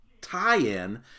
tie-in